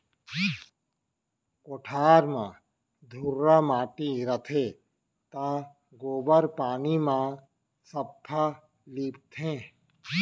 कोठार म धुर्रा माटी रथे त गोबर पानी म सफ्फा लीपथें